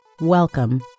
Welcome